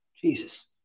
Jesus